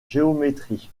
géométrie